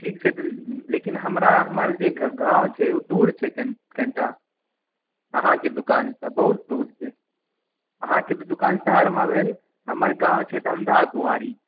ठीक छै तऽ लेकिन हमरा हमर जे गाँव छै ओ दूर छै कनीटा अहाँके दोकानसँ बहुत दूर छै अहाँके तऽ दोकान शहरमे भेल हमर गाँव छै धमधा गुँआरी